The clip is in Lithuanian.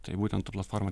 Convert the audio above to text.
tai būtent ta platforma